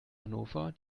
hannover